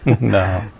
No